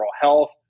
health